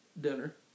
dinner